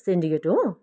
syndicate हो